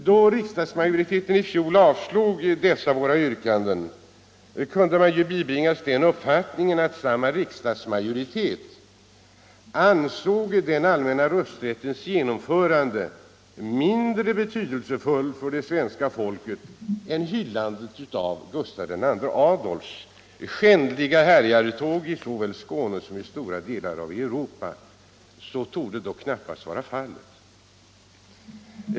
Då riksdagsmajoriteten i fjol avslog dessa våra yrkanden kunde man bibringas den uppfattningen att samma riksdagsmajoritet ansåg den allmänna rösträttens genomförande som mindre betydelsefull för det svenska folket än hyllandet av Gustav II Adolfs skändliga härjartåg såväl i Skåne som i stora delar av Europa. Så torde knappast vara fallet.